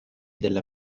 della